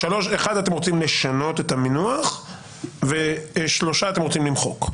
באחד אתם רוצים לשנות את המינוח ושלושה אתם רוצים למחוק.